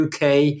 UK